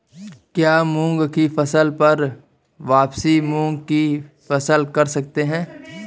क्या मूंग की फसल पर वापिस मूंग की फसल कर सकते हैं?